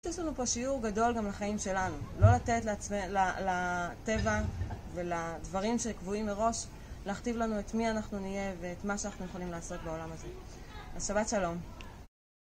יש לנו פה שיעור גדול גם לחיים שלנו. לא לתת לטבע ולדברים שקבועים מראש, להכתיב לנו את מי אנחנו נהיה ואת מה שאנחנו יכולים לעשות בעולם הזה. אז שבת שלום.